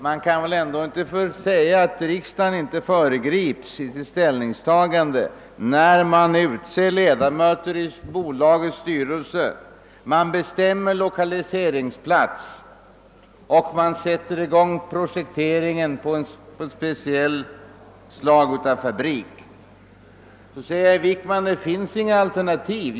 Man kan väl ändå inte påstå att riksdagens ställningstagande inte föregrips, när man exempelvis tillsätter ledamöter i bolagets styrelse, bestämmer lokaliseringsplats och sätter i gång projekteringen för en fabrik. Herr Wickman säger vidare att det inte finns några alternativ.